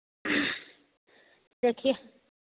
देखिए